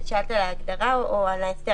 אז הכוונה להוסיף את מוסדות הרווחה,